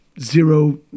zero